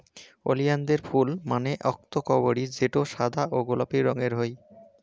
ওলিয়ানদের ফুল মানে অক্তকরবী যেটো সাদা বা গোলাপি রঙের হই